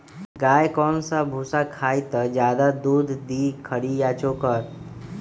गाय कौन सा भूसा खाई त ज्यादा दूध दी खरी या चोकर?